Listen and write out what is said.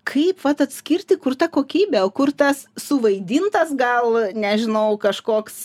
kaip vat atskirti kur ta kokybė o kur tas suvaidintas gal nežinau kažkoks